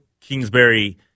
Kingsbury